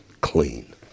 clean